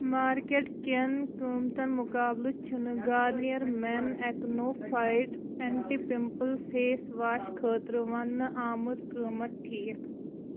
market کٮ۪ن قۭمتن مُقابلہٕ چھِنہٕ گارنِیر مٮ۪ن Acno fight anti pimple face wash خٲطرٕ وننہٕ آمُت قۭمتھ ٹھیٖک